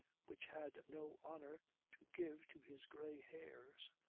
which had no honour to give to his grey hairs,